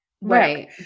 right